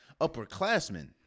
upperclassmen